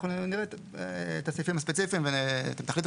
אנחנו נראה את הסעיפים הספציפיים ואתם תחליטו